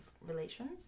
relations